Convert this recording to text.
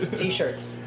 T-shirts